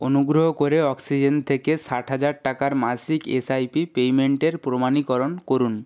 অনুগ্রহ করে অক্সিজেন থেকে ষাট হাজার টাকার মাসিক এস আই পি পেইমেন্টের প্রমাণীকরণ করুন